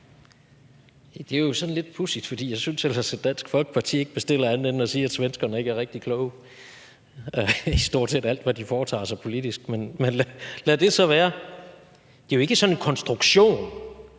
Det er jo sådan lidt pudsigt, for jeg synes ellers, at Dansk Folkeparti ikke bestiller andet end at sige, at svenskerne ikke er rigtig kloge i stort set alt, hvad de foretager sig politisk, men lad det så være. Det er jo ikke sådan en konstruktion